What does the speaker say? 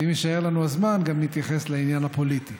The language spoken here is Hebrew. ואם יישאר לנו הזמן, גם נתייחס לעניין הפוליטי.